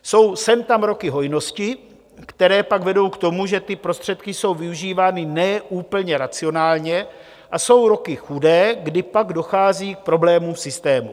Jsou sem tam roky hojnosti, které pak vedou k tomu, že ty prostředky jsou využívány ne úplně racionálně, a jsou roky chudé, kdy pak dochází k problému v systému.